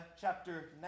chapter